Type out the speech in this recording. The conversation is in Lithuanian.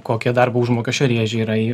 kokie darbo užmokesčio rėžiai yra